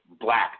black